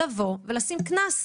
אלא לבוא ולשים קנס,